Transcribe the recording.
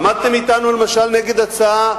עמדתם אתנו למשל נגד הצעה